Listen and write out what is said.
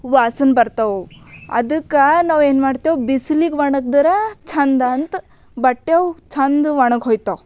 ವಾಸನೆ ಬರ್ತವ ಅವು ಅದಕ್ಕೆ ನಾವು ಏನು ಮಾಡ್ತೇವೆ ಬಿಸಿಲಿಗೆ ಒಣಗಿದ್ರೆ ಚೆಂದ ಅಂತ ಬಟ್ಟೆವ್ ಚೆಂದ ಒಣಗಿ ಹೋಯ್ತವ